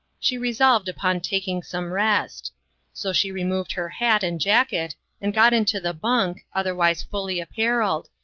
she resolved upon taking some rest so she removed her hat and jacket and got into the bunk, otherwise fully apparelled,